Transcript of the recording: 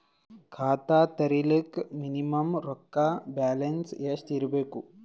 ಖಾತಾ ತೇರಿಲಿಕ ಮಿನಿಮಮ ರೊಕ್ಕ ಬ್ಯಾಲೆನ್ಸ್ ಎಷ್ಟ ಇರಬೇಕು?